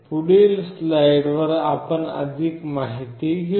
पुढील स्लाइड्सवर आपण अधिक माहिती घेऊ